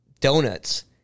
donuts